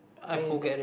when is that